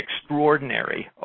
extraordinary